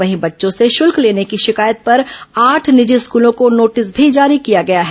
वहीं बच्चों से शल्क लेने की शिकायत पर आठ निजी स्कूलों को नोटिस भी जारी किया गया है